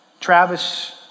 Travis